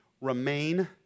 Remain